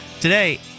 Today